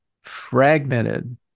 fragmented